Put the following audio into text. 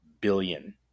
billion